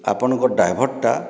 ଆପଣଙ୍କ ଡ୍ରାଇଭର୍ଟା